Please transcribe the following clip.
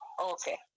Okay